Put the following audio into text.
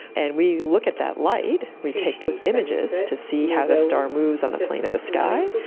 and we look at that light, we take both images to see how the star moves on the plane of the sky,